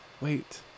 wait